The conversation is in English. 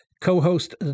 co-host